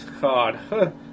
God